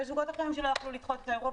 ויש זוגות אחרים שלא יכלו לדחות את האירוע.